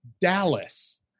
Dallas